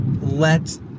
let